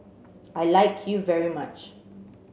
I like you very much